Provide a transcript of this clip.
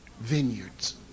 vineyards